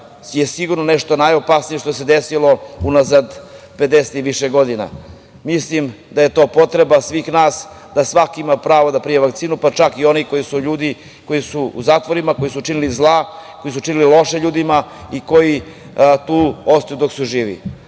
je sigurno nešto najopasnije što se desilo unazad 50 i više godina. Mislim da je to potreba svih nas, da svako ima pravo da primi vakcinu, pa čak i oni koji su u zatvorima, koji su činili zla, koji su činili loše ljudima i koji tu ostaju dok su živi. Mi